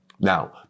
Now